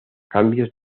cambios